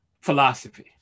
philosophy